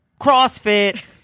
CrossFit